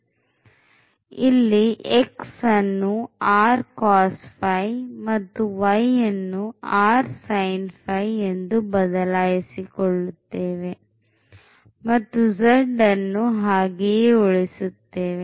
ಇಲ್ಲಿ x ಅನ್ನು rcos ಮತ್ತು y ಅನ್ನು rsin ಎಂದು ಬದಲಾಯಿಸಿಕೊಳ್ಳುತ್ತೇವೆ ಮತ್ತು z ಅನ್ನು ಹಾಗೆಯೇ ಉಳಿಸುತ್ತೇವೆ